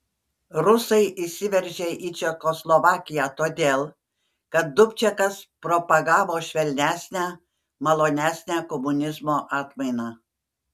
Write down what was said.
rusai įsiveržė į čekoslovakiją todėl kad dubčekas propagavo švelnesnę malonesnę komunizmo atmainą